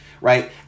right